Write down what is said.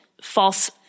false